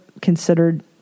considered